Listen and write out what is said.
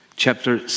Chapter